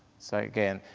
so again,